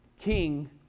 King